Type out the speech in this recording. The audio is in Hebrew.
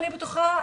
אני בטוחה,